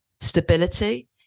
stability